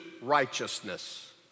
righteousness